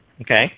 Okay